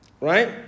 right